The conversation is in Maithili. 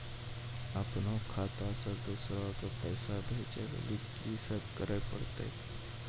अपनो खाता से दूसरा के पैसा भेजै लेली की सब करे परतै?